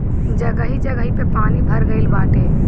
जगही जगही पे पानी भर गइल बाटे